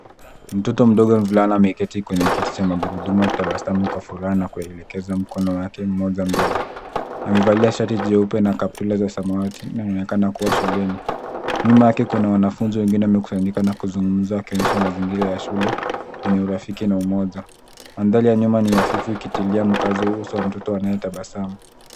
Mtoto mdogo mvulana ameketi kwenye kiti cha magurudumu akitabasamu kwa furaha na kuelekeza mkono wake mmoja mbele. Amevalia shati jeupe na kaptura za samawati na anaonekana kuwa shuleni. Nyuma yake kuna wanafunzi wengine waliokusanyika na kuzungumza na kuonekana wakionyesha mazingira ya shule yenye urafiki na moja. Mandhari ya nyuma ni hafifu ikitilia mkazo uso wa mtoto anaye tabasamu.